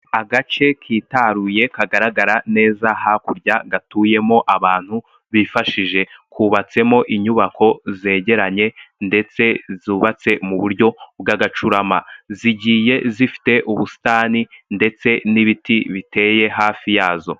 Agace kitaruye, kagaragara neza hakurya, gatuyemo abantu bifashije, kubatsemo inyubako zegeranye ndetse zubatse mu buryo bw'agacurama, zigiye zifite ubusitani ndetse n'ibiti biteye hafi yazo.